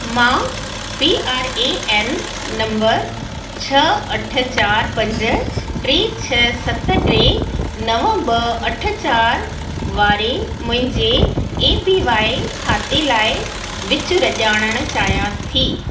मां P R A N number छ अठ चार पंज ट्रे छ सत ट्रे नव ॿ अठ चारि वारे मुंहिंजे ए पी वाए खाते लाइ विचुर ॼाणण चाहियां थी